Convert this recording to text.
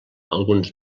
alguns